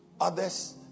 others